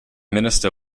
minister